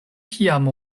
kiam